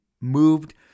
moved